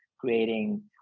creating